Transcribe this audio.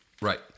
Right